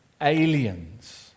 aliens